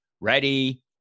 Ready